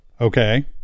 Okay